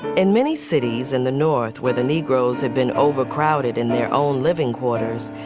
in many cities in the north, where the negroes have been overcrowded in their own living quarters,